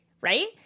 right